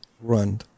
run